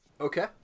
Okay